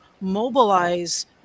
mobilize